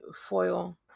foil